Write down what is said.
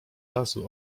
razu